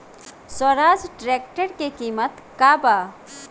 Swaraj tractor के किमत का बा?